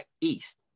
East